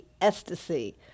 Ecstasy